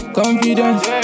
confidence